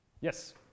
Yes